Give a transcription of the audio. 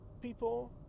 people